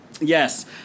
yes